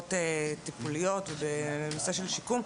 במסגרות טיפוליות ובנושא של שיקום,